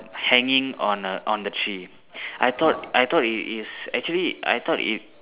hanging on a on the tree I thought I thought it is actually I thought it